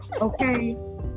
okay